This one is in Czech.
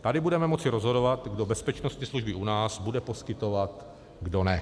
Tady budeme moci rozhodovat, kdo bezpečnostní služby u nás bude poskytovat, kdo ne.